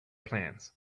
plans